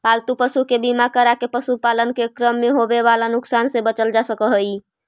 पालतू पशु के बीमा करके पशुपालन के क्रम में होवे वाला नुकसान से बचल जा सकऽ हई